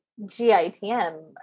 GITM